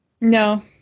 No